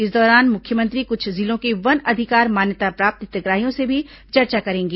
इस दौरान मुख्यमंत्री कुछ जिलों के वन अधिकार मान्यता प्राप्त हितग्राहियों से भी चर्चा करेंगे